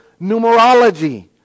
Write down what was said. numerology